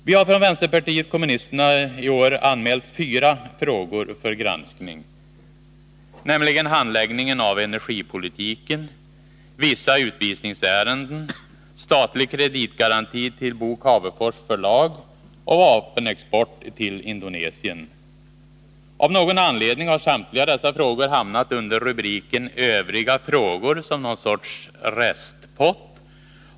Vi har från vänsterpartiet kommunisterna i år anmält fyra frågor för granskning, nämligen handläggningen av energipolitiken, vissa utvisningsärenden, statlig kreditgaranti till Bo Cavefors förlag och vapenexport till Indonesien. Av någon anledning har samtliga dessa frågor hamnat under rubriken Övriga frågor som någon sorts restpott.